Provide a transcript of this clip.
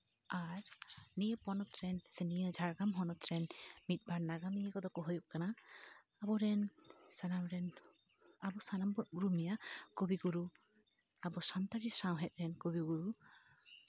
ᱟᱨ ᱱᱤᱭᱟᱹ ᱯᱚᱱᱚᱛ ᱨᱮᱱ ᱥᱮ ᱱᱤᱭᱟᱹ ᱡᱷᱟᱲᱜᱨᱟᱢ ᱦᱚᱱᱚᱛ ᱨᱮᱱ ᱢᱤᱫ ᱵᱟᱨ ᱱᱟᱜᱟᱢᱤᱭᱟᱹ ᱠᱚᱫᱚ ᱠᱚ ᱦᱩᱭᱩᱜ ᱠᱟᱱᱟ ᱟᱵᱚ ᱨᱮᱱ ᱥᱟᱱᱟᱢ ᱨᱮᱱ ᱟᱵᱚ ᱥᱟᱱᱟᱢ ᱵᱚᱱ ᱩᱨᱩᱢᱮᱭᱟ ᱠᱚᱵᱤᱜᱩᱨᱩ ᱟᱵᱚ ᱥᱟᱱᱛᱟᱲᱤ ᱥᱟᱶᱦᱮᱫ ᱨᱮᱱ ᱠᱚᱵᱤᱜᱩᱨᱩ